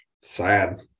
Sad